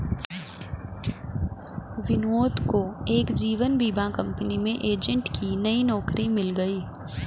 विनोद को एक जीवन बीमा कंपनी में एजेंट की नई नौकरी मिल गयी